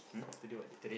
today what date